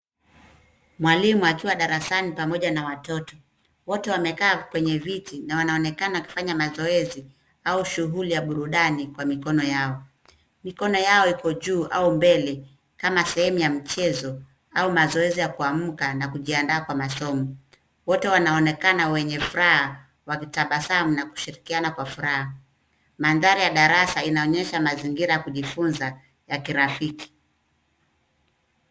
Mwalimu akiwa darasani pamoja na watoto. Wote wamekaa kwenye viti na wanaonekana kufanya mazoezi au shughuli ya burudani kwa mikono yao. Mikono yao iko juu au mbele kama sehemu ya mchezo au mazoezi ya kuamka na kujiandaa kwa masomo. Wote wanaonekana wenye furaha, wakitabasamu na kushirikiana kwa furaha. Mandhari ya darasa inaonyesha mazingira ya kujifunza ya kirafiki.